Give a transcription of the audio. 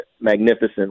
magnificent